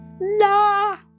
La